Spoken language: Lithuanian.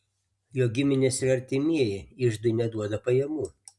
jo giminės ir artimieji iždui neduoda pajamų